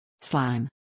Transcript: Slime